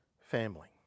family